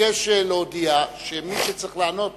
ביקש להודיע שמי שצריך לענות